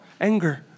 Anger